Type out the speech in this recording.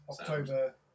October